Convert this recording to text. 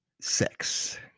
sex